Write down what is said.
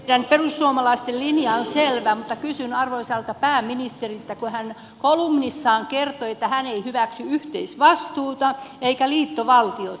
meidän perussuomalaisten linja on selvä mutta kysyn arvoisalta pääministeriltä kun hän kolumnissaan kertoi että hän ei hyväksy yhteisvastuuta eikä liittovaltiota